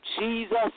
Jesus